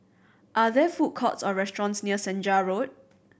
are there food courts or restaurants near Senja Road